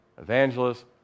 evangelists